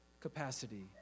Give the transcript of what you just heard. capacity